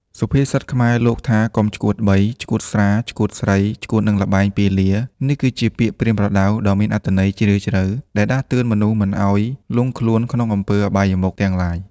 សុភាសិតខ្មែរ លោកថាកុំឆ្កួតបី ឆ្កួតស្រា ឆ្កួតស្រី ឆ្កួតនិងល្បែងពាលា នេះគឺជាពាក្យប្រៀនប្រដៅដ៏មានអត្ថន័យជ្រាលជ្រៅ ដែលដាស់តឿនមនុស្សមិនឲ្យលង់ខ្លួនក្នុងអំពើអបាយមុខទាំងឡាយ។